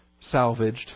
salvaged